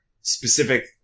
specific